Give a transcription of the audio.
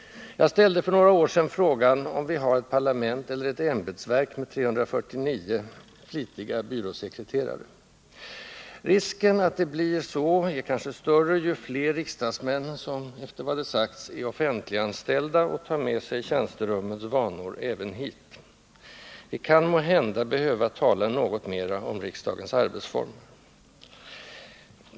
Jag ställde för några år sedan frågan om det svenska parlamentet håller på att förvandlas till ett ämbetsverk med 349 flitiga byråsekreterare. Risken att så kan ske blir kanske större ju fler av riksdagsmännen som — efter vad det sagts — är offentliganställda och tar med sig tjänsterummens vanor även hit. Vi kan måhända behöva tala något mera om riksdagens arbetsformer.